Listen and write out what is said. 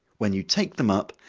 when you take them up,